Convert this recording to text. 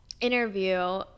interview